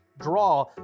draw